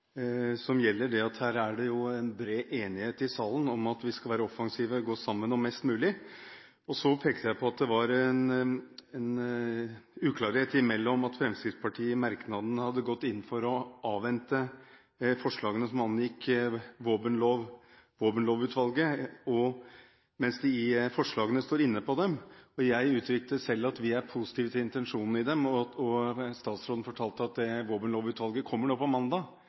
som gjelder at det her i salen er bred enighet om at vi skal være offensive og stå sammen om mest mulig. Jeg pekte på at det var en uklarhet mellom at Fremskrittspartiet i merknaden hadde gått inn for å avvente forslagene som angikk Våpenlovutvalget, mens de i forslagene står inne for dem. Jeg uttrykte selv at vi er positive til intensjonen i dem, og statsråden fortalte at Våpenlovutvalgets forslag kommer nå på mandag.